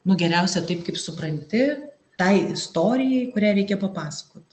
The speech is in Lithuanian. nu geriausia taip kaip supranti tai istorijai kurią reikia papasakot